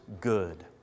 good